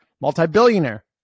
multi-billionaire